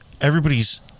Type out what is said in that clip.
everybody's